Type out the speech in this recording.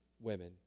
women